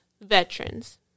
veterans